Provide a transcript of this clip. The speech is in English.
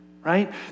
Right